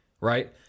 right